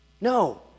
No